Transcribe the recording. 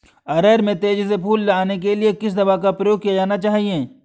अरहर में तेजी से फूल आने के लिए किस दवा का प्रयोग किया जाना चाहिए?